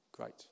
Great